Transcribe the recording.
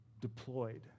deployed